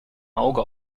auge